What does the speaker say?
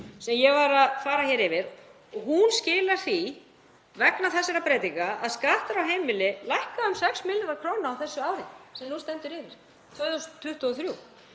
sem ég var að fara hér yfir. Hún skilar því, vegna þessara breytinga, að skattar á heimili lækka um 6 milljarða kr. á þessu ári sem nú stendur yfir, 2023.